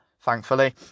thankfully